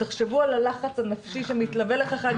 תחשבו על הלחץ הנפשי שמתלווה לכך,